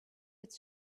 its